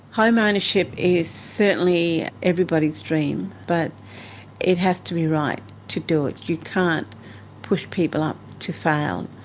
homeownership is certainly everybody's dream, but it has to be right to do it, you can't push people up to fail.